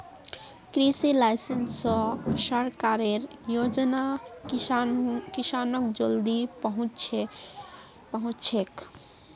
कृषि लाइसेंस स सरकारेर योजना किसानक जल्दी पहुंचछेक